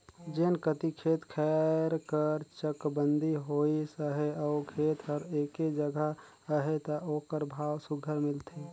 जेन कती खेत खाएर कर चकबंदी होइस अहे अउ खेत हर एके जगहा अहे ता ओकर भाव सुग्घर मिलथे